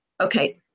Okay